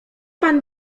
pan